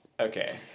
Okay